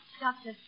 Doctor